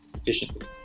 efficiently